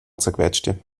zerquetschte